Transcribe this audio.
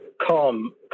calm